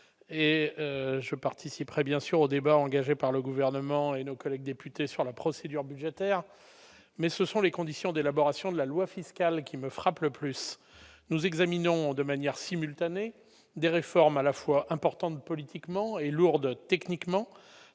je participerai bien sûr au débat engagé par le gouvernement, et nos collègues députés sur la procédure budgétaire, mais ce sont les conditions d'élaboration de la loi fiscale qui me frappe le plus, nous examinons de manière simultanée des réformes à la fois importante politiquement et lourde techniquement